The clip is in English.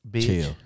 Chill